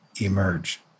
emerge